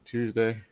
Tuesday